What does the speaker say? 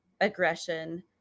aggression